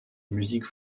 music